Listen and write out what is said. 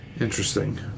Interesting